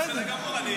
בסדר גמור,